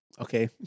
Okay